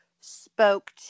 spoke